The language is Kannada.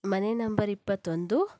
ಮನೆ ನಂಬರ್ ಇಪ್ಪತ್ತೊಂದು